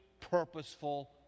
purposeful